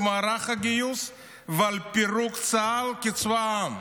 מערך הגיוס ולפירוק צה"ל כצבא העם.